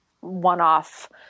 one-off